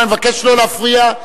אני מבקש לא להפריע,